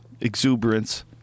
Exuberance